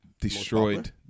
destroyed